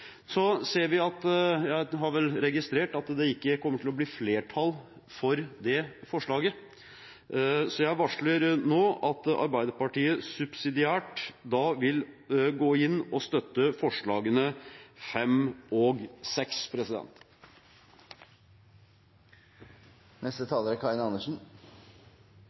Jeg har registrert at det ikke kommer til å bli flertall for det forslaget, så jeg varsler nå at Arbeiderpartiet subsidiært vil støtte forslagene nr. 5 og 6. Jeg vil ta opp de resterende forslagene i innstillingen og